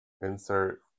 Insert